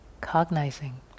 cognizing